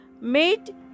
made